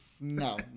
No